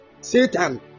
Satan